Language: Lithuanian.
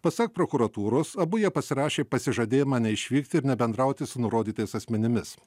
pasak prokuratūros abu jie pasirašė pasižadėjimą neišvykti ir nebendrauti su nurodytais asmenimis